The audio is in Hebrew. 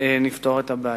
נפתור את הבעיה.